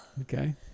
Okay